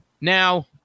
Now